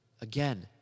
Again